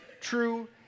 true